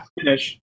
finish